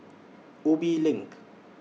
Ubi LINK